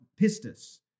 pistis